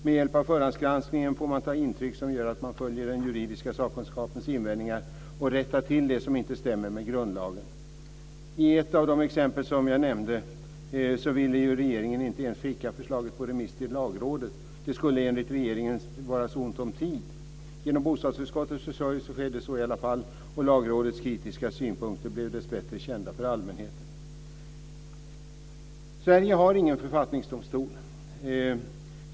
Med hjälp av förhandsgranskningen får man ta intryck som gör att man följer den juridiska sakkunskapens invändningar och rättar till det som inte stämmer med grundlagen. I ett av de exempel som jag nämnde ville regeringen inte ens skicka förslaget på remiss till Lagrådet. Det skulle enligt regeringen vara så ont om tid. Genom bostadsutskottets försorg skedde så i alla fall, och Lagrådets kritiska synpunkter blev dessbättre kända för allmänheten. Sverige har ingen författningsdomstol.